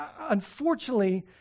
unfortunately